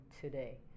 today